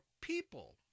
people